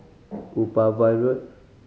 Upavon Road